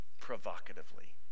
Provocatively